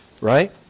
Right